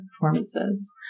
performances